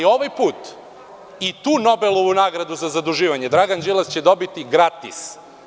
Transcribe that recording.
Ovaj put i tu Nobelovu nagradu za zaduživanje će Dragan Đilas dobiti gratis.